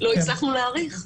לא הצלחנו להאריך.